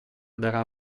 darà